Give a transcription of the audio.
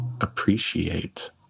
appreciate